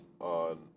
on